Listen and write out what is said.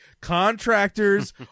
contractors